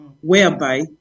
whereby